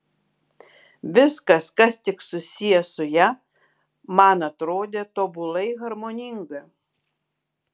viskas kas tik susiję su ja man atrodė tobulai harmoninga